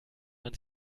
man